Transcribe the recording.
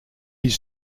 his